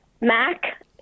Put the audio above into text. Mac